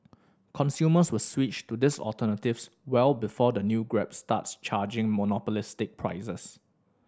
consumers will switch to these alternatives well before the new Grab starts charging monopolistic prices